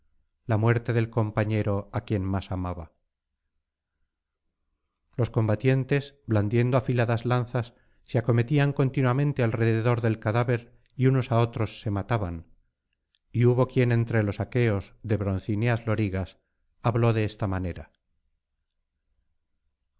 la muerte del compañero á quien más amaba los combatientes blandiendo afiladas lanzas se acometían continuamente alrededor del cadáver y unos á otros se mataban y hubo quien entre los aqueos de broncíneas lorigas habló de esta manera